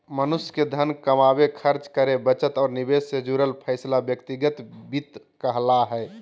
मनुष्य के धन कमावे, खर्च करे, बचत और निवेश से जुड़ल फैसला व्यक्तिगत वित्त कहला हय